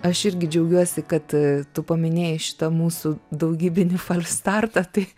aš irgi džiaugiuosi kad tu paminėjai šitą mūsų daugybinį falšstartą tai